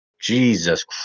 Jesus